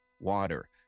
water